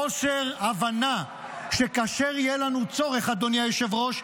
חוסר הבנה שכאשר יהיה לנו צורך, אדוני היושב-ראש,